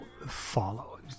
Follow